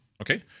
Okay